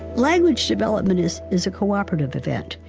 language development is is a cooperative event.